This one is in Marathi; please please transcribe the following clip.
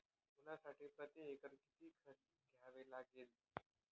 ऊसासाठी प्रतिएकर किती खत द्यावे लागेल?